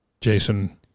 Jason